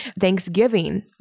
Thanksgiving